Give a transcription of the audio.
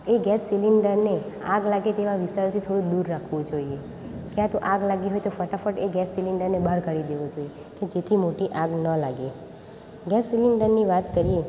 એ gas સિલિન્ડરને આગ લાગે તેવા વિસ્તારથી થોડું દૂર રાખવું જોઈએ ક્યાં તો આગ લાગી હોય તો ફટાફટ એ ગેસ સિલેન્ડરને બહાર કાઢી દેવો જોઈએ કે જેથી મોટી આગ ના લાગે ગેસ સિલિન્ડરની વાત કરીએ